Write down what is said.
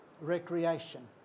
recreation